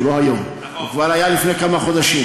הוא לא מהיום, הוא כבר היה לפני כמה חודשים.